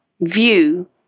view